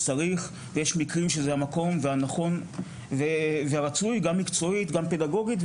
צריך ויש מקרים שזה המקום הנכון והרצוי מקצועית ופדגוגית,